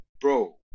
Bro